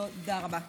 תודה רבה.